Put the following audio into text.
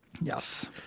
Yes